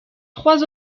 trois